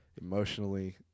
emotionally